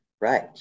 Right